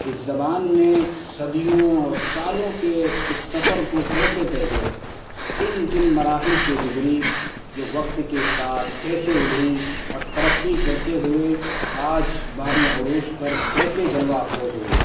اس زبان نے صدیوں سالوں کے اس سفر کو کیسے طے کیا کن کن مراحل سے گزری یہ وقت کے ساتھ کیسے ابھری اور ترقی کرتے ہوئے آج بام عروج پر کیسے جلوہ افروز ہوئی